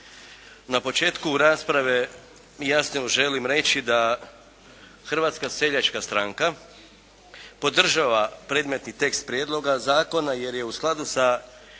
Na početku rasprave jasno želim reći da Hrvatska seljačka stranka podržava predmetni tekst prijedloga zakona jer je u skladu sa